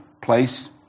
place